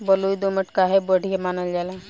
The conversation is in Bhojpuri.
बलुई दोमट काहे बढ़िया मानल जाला?